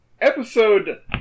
episode